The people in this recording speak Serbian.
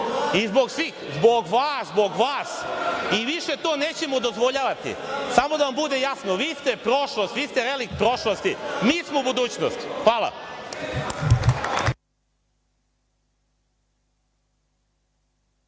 Zbog vas. Zbog vas, zbog vas i više to nećemo dozvoljavati. Samo da vam bude jasno – vi ste prošlost, vi ste relikt prošlosti, mi smo budućnost. Hvala.